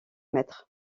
mètres